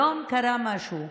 היום קרה משהו.